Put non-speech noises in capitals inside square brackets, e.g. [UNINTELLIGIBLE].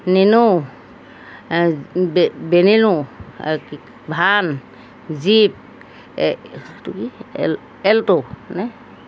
nano বেনেনো ভান jeep [UNINTELLIGIBLE] এলটো নে